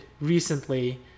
recently